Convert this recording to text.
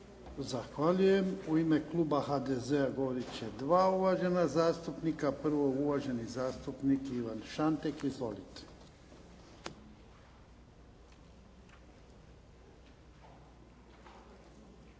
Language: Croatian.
Zahvaljujem. U ime kluba HDZ-a govorit će dva uvažena zastupnika. Prvo uvaženi zastupnik Ivan Šantek. Izvolite.